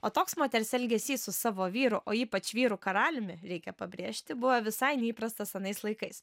o toks moters elgesys su savo vyru o ypač vyru karaliumi reikia pabrėžti buvo visai neįprastas anais laikais